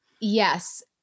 Yes